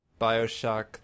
Bioshock